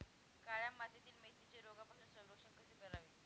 काळ्या मातीतील मेथीचे रोगापासून संरक्षण कसे करावे?